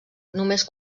només